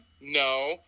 No